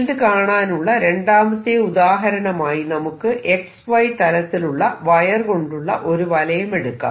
field കാണാനുള്ള രണ്ടാമത്തെ ഉദാഹരണമായി നമുക്ക് XY തലത്തിലുള്ള വയർ കൊണ്ടുള്ള ഒരു വലയം എടുക്കാം